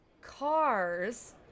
cars